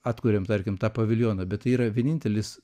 atkuriam tarkim tą paviljoną bet tai yra vienintelis